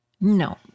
No